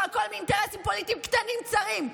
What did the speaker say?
והכול מאינטרסים פוליטיים קטנים צרים.